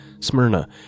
Smyrna